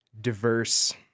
diverse